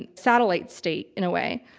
and satellite state in a way.